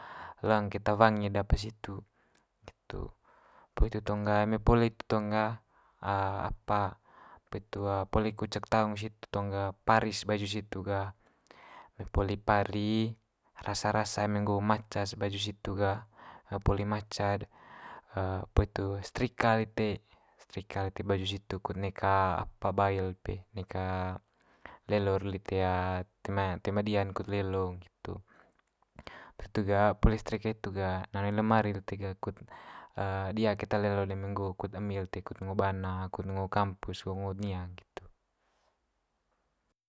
Leng keta wangi'd apa situ, nggitu. Poli itu tong ga eme poli itu tong gah apa poli itu poli kucek taung situ tong ga, pari's baju situ ga. Eme poli pari rasa rasa eme nggo maca's baju situ ga poli maca'd poli itu setrika lite, setrika lite baju situ kut neka apa bail pe neka lelo'r lite toe ma toe ma dia'n kut lelo nggitu. Poli hitu ga poli setrika hitu ga na one lemari lite ga kut dia keta lelo'n eme nggo kut emi lite kut ngo bana, kut ngo kampus ngo nia nggitu.